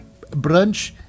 brunch